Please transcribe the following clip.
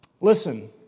Listen